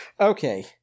Okay